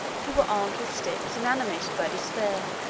who were armed with sticks, and animated by despair.